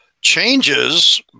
changes